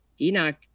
Enoch